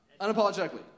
Unapologetically